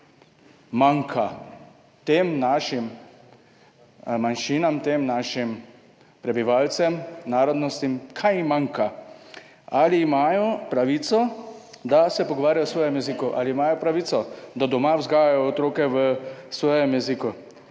manjka tem našim manjšinam, tem našim prebivalcem, narodnostim. Kaj jim manjka? Ali imajo pravico, da se pogovarjajo v svojem jeziku? Ali imajo pravico, da doma vzgajajo otroke v svojem jeziku?